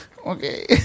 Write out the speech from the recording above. Okay